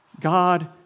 God